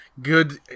Good